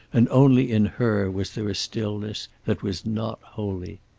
and only in her was there a stillness that was not holy.